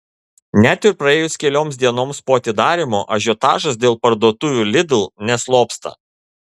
net ir praėjus kelioms dienoms po atidarymo ažiotažas dėl parduotuvių lidl neslopsta